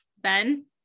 Ben